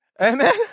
Amen